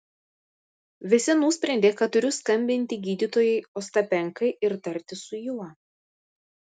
visi nusprendė kad turiu skambinti gydytojui ostapenkai ir tartis su juo